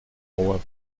roi